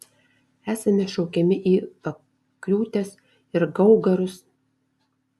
esame šaukiami į pakriūtes ir gaugarus